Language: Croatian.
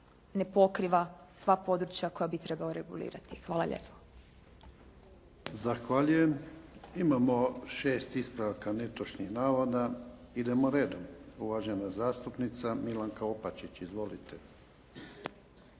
ne pokriva sva područja koja bi trebao regulirati. Hvala lijepo.